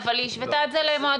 אבל היא השוותה את זה למועדונים.